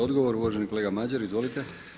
Odgovor uvaženi kolega Madjer, izvolite.